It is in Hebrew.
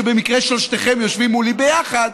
שבמקרה שלושתכם יושבים מולי ביחד,